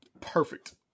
perfect